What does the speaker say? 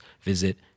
visit